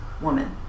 woman